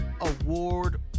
Award